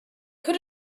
could